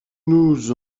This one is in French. nous